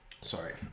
Sorry